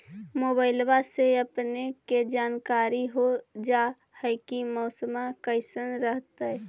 मोबाईलबा से अपने के जानकारी हो जा है की मौसमा कैसन रहतय?